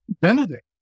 Benedict